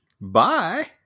Bye